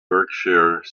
berkshire